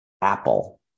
Apple